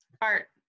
Art